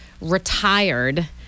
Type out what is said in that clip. retired